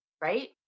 right